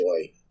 enjoy